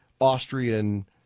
Austrian